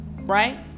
right